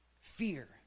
fear